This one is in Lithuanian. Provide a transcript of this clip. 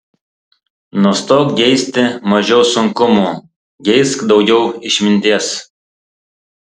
nustok geisti mažiau sunkumų geisk daugiau išminties